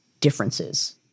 differences